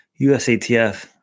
USATF